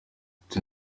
ati